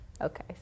Okay